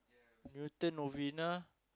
Newton Novena